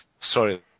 Sorry